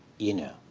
you know.